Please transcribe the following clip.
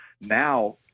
now